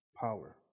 power